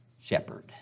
shepherd